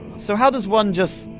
so how does one just.